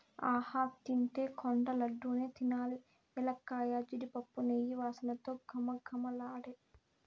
ఆహా తింటే కొండ లడ్డూ నే తినాలి ఎలక్కాయ, జీడిపప్పు, నెయ్యి వాసనతో ఘుమఘుమలాడే